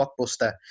blockbuster